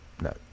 No